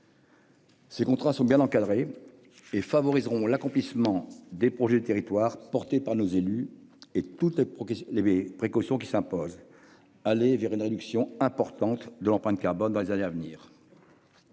Ces contrats sont bien encadrés et favoriseront l'accomplissement des projets de territoire défendus par nos élus, avec toutes les précautions qui s'imposent, afin d'aller vers une réduction importante de l'empreinte carbone dans les années à venir.